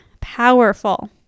powerful